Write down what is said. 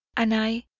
and i,